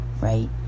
right